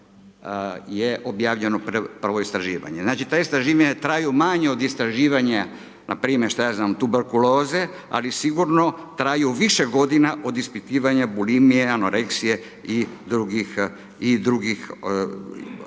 je objavljeno prvo istraživanje, znači, ta istraživanja traju manje od istraživanja npr. šta ja znam, tuberkuloze, ali sigurno traju više godina od ispitivanja bulimije, anoreksija i drugih bolesti,